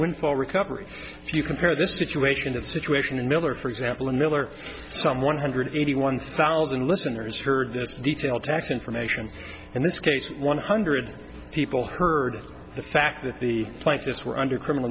for recovery if you compare this situation that situation in miller for example in miller some one hundred eighty one thousand listeners heard this detail tax information in this case one hundred people heard the fact that the plaintiffs were under criminal